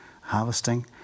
harvesting